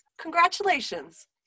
Congratulations